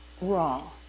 Wrong